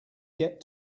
get